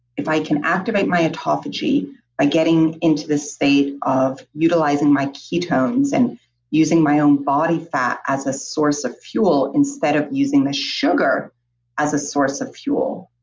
if i can activate my autophagy by getting into the state of utilizing my ketones and using my own body fat as a source of fuel instead of using the sugar as a source of fuel,